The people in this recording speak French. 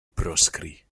proscrit